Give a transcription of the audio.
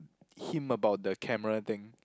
him about the camera thing